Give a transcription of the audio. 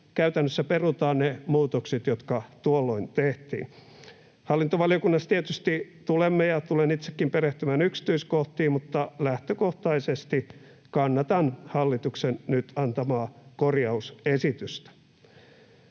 käytännössä perutaan ne muutokset, jotka tuolloin tehtiin. Hallintovaliokunnassa tietysti tulemme ja tulen itsekin perehtymään yksityiskohtiin, mutta lähtökohtaisesti kannatan hallituksen nyt antamaa korjausesitystä.